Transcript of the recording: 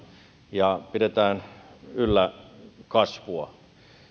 ja pidämme yllä kasvua